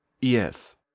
Yes